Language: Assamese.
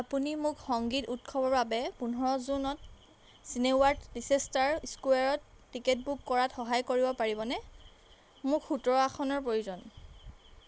আপুনি মোক সংগীত উৎসৱৰ বাবে পোন্ধৰ জুনত চিনেৱাড লিচেষ্টাৰ স্কোৱেৰত টিকট বুক কৰাত সহায় কৰিব পাৰিবনে মোক সোত্তৰ আসনৰ প্ৰয়োজন